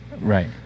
Right